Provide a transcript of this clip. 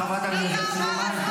חברת הכנסת סלימאן,